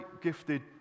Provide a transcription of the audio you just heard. gifted